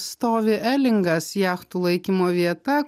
stovi elingas jachtų laikymo vieta